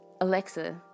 Alexa